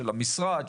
של המשרד,